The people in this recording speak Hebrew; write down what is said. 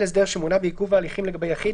הסדר שמונה בעיכוב ההליכים לגבי יחיד,